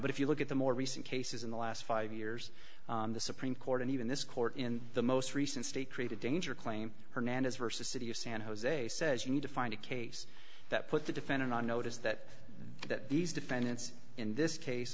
but if you look at the more recent cases in the last five years the supreme court and even this court in the most recent state created danger claim hernandez vs city of san jose says you need to find a case that put the defendant on notice that that these defendants in this case